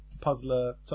puzzler